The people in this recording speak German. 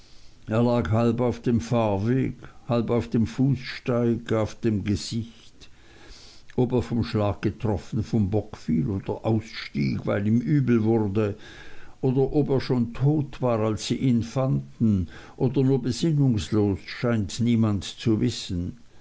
halb auf dem fahrweg halb auf dem fußsteig auf dem gesicht ob er vom schlag getroffen vom bock fiel oder ausstieg weil ihm übel wurde oder ob er überhaupt schon tot war als sie ihn fanden oder nur besinnungslos scheint niemand zu wissen